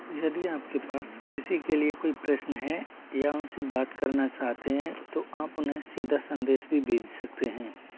यदि आपके पास किसी के लिए कोई प्रश्न है या उनसे बात करना चाहते हैं तो आप उन्हें सीधा संदेश भी भेज सकते हैं